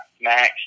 max